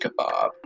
kebab